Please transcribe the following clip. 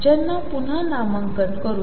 त्यांना पुन्हा नामांकन करू या